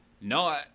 No